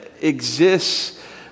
exists